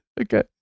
Okay